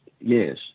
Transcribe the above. yes